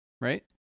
right